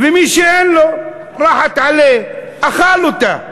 ומי שאין לו, "ראחת עליכ", אכל אותה,